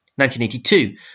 1982